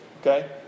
Okay